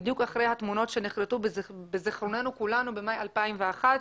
אחרי התמונות שנחרטו בזיכרוננו במאי 2001,